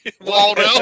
Waldo